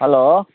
hello